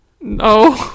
No